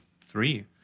three